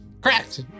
Correct